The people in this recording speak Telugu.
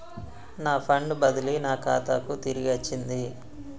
నా ఫండ్ బదిలీ నా ఖాతాకు తిరిగచ్చింది